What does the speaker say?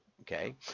okay